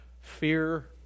fear